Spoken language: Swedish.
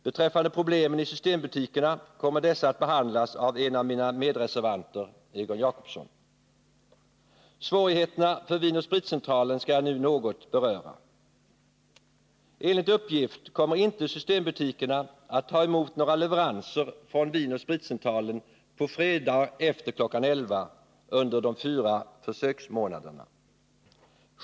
Beträffande problemen i systembutikerna kommer dessa att behandlas av en av mina medreservanter, Egon Jacobsson. Svårigheterna för Vin & Spritcentralen skall jag nu något beröra. Enligt uppgift kommer inte systembutikerna att ta emot några leveranser från Vin & Spritcentralen på fredagar efter kl. 11.00 under de fyra försöksmånaderna.